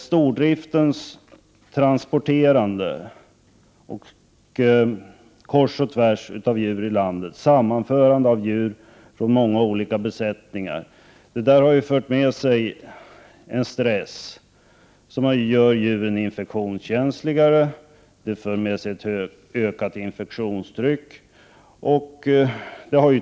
Stordriftens transporterande av djur kors och tvärs i landet och sammanförandet av djur från många olika besättningar har fört med sig en stress som gör djuren infektionskänsliga och har fört med sig ett ökat infektionstryck.